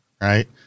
right